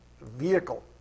vehicle